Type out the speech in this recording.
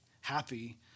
happy